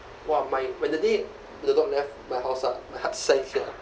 !wah! my when the day the dog left my house ah my heart sank lah